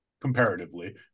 comparatively